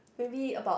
maybe about